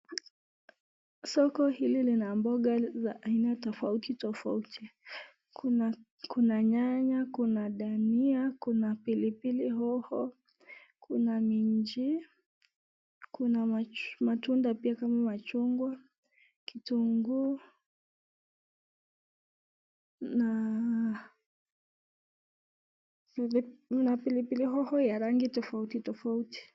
Soko hili lina mboga za aina tofauti tofauti. Kuna nyanya, kuna dania, kuna pilipili hoho, kuna minji ,kuna matunda pia kama machungwa, kitunguu na pilipili hoho ya rangi tofauti tofauti.